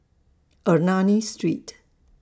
Ernani Street